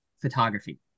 photography